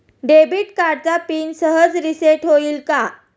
Debit कार्डचा PIN सहज reset होईल का?